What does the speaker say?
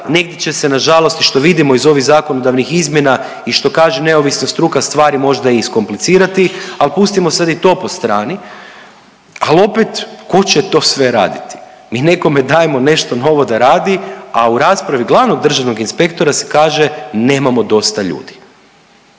negdje će se nažalost i što vidimo iz ovih zakonodavnih izmjena i što kaže neovisna struka stvari možda i iskomplicirati, ali pustimo sada i to po strani, ali opet tko će to sve raditi. Mi nekome dajemo nešto novo da radi, a u raspravi glavnog državnog inspektora se kaže nemamo dosta ljudi.